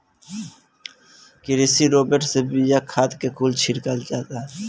कृषि रोबोट से बिया, खाद कुल छिड़का जाई